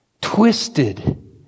twisted